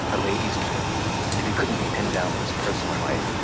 a ladies man and if he couldn't be pinned down in his personal life,